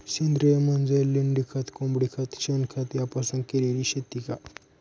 सेंद्रिय म्हणजे लेंडीखत, कोंबडीखत, शेणखत यापासून केलेली शेती का?